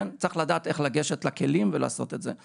צריך לדעת איך לגשת לכלים ולעשות את זה.